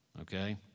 okay